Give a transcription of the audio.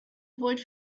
avoid